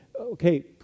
okay